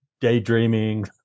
Daydreaming